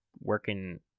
working